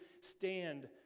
stand